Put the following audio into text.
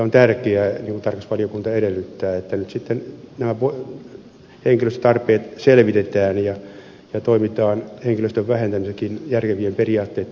on tärkeää niin kuin tarkastusvaliokunta edellyttää että nyt henkilöstötarpeet selvitetään ja toimitaan henkilöstön vähentämisessäkin järkevien periaatteitten mukaan